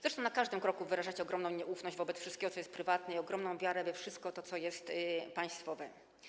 Zresztą na każdym kroku wyrażacie ogromną nieufność wobec wszystkiego, co jest prywatne, i ogromną wiarę we wszystko to, co jest państwowe.